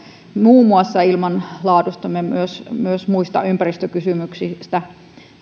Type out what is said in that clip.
muun muassa ilmanlaadustamme ja myös muista ympäristökysymyksistä tämä on semmoinen